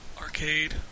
Arcade